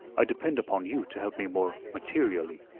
i depend upon you to help me more materially.